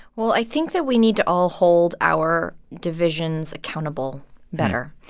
well, i think that we need to all hold our divisions accountable better.